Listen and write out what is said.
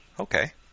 Okay